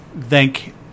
thank